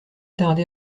tarder